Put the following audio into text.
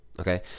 Okay